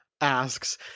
asks